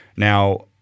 Now